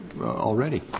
already